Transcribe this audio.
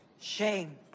shame